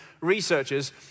researchers